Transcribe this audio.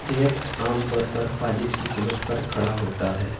racket عام طور پر فالج کی سمت پر کھڑا ہوتا ہے